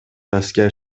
asker